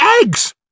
eggs